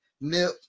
Nip